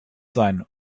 sein